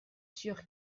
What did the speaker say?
sûr